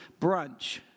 brunch